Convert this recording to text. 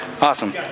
Awesome